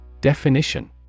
Definition